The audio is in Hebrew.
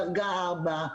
דרגה 4,